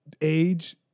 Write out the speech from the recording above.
Age